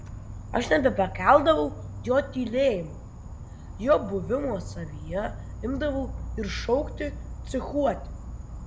aš nebepakeldavau jo tylėjimo jo buvimo savyje imdavau ir šaukti psichuot